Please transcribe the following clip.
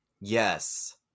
Yes